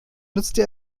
nutzte